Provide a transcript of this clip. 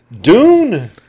Dune